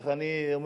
איך אני אומר?